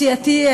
סיעתי,